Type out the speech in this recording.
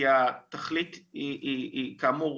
כי התכלית היא כאמור,